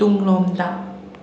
ꯇꯨꯡꯂꯣꯝꯗ